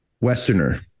Westerner